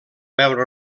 veure